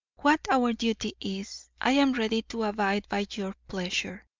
what our duty is i am ready to abide by your pleasure.